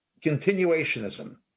continuationism